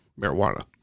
marijuana